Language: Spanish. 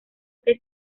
que